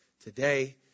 today